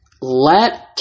Let